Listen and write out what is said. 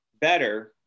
better